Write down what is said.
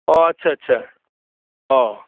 অঁ আচ্ছা আচ্ছা অঁ